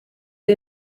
aho